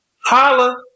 Holla